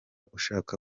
ushaka